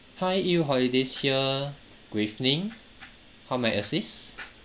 hi holidays here good evening how may I assist